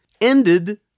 ended